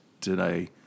today